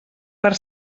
per